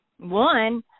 One